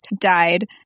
died